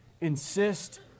Insist